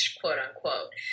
quote-unquote